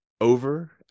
over